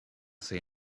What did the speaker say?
say